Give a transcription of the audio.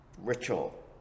ritual